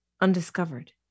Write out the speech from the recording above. undiscovered